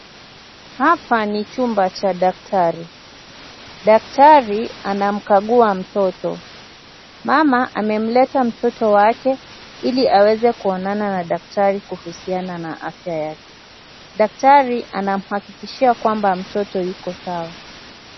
Hapa ni chumba cha daktari, daktari anamkagua mtoto, mama amemleta mtoto wake ili aweze kuonana na daktari kuhusiana na afya yake, daktari anamhakikishia kwamba mtoto yuko sawa.